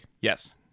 Yes